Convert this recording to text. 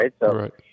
right